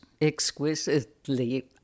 exquisitely